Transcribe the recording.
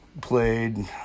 played